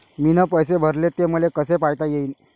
मीन पैसे भरले, ते मले कसे पायता येईन?